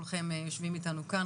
כולכם יושבים אתנו כאן,